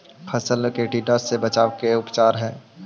फ़सल के टिड्डा से बचाव के का उपचार है?